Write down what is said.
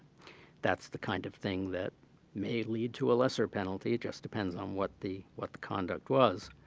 that's the kind of thing that may lead to a lesser penalty. it just depends on what the what the conduct was.